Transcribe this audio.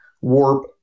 warp